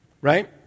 Right